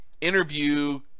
Interview